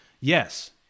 yes